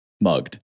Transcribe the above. mugged